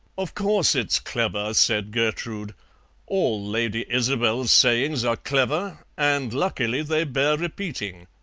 of course it's clever, said gertrude all lady isobel's sayings are clever, and luckily they bear repeating.